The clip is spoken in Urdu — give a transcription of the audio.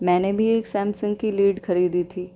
میں نے بھی ایک سیمسنگ کی لیڈ خریدی تھی